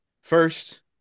first